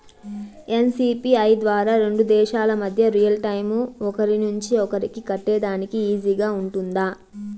NCPI ద్వారా రెండు దేశాల మధ్య రియల్ టైము ఒకరి నుంచి ఒకరికి కట్టేదానికి ఈజీగా గా ఉంటుందా?